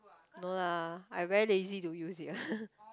no lah I very lazy to use it